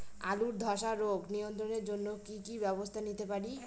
আলুর ধ্বসা রোগ নিয়ন্ত্রণের জন্য কি কি ব্যবস্থা নিতে পারি?